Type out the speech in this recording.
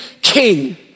king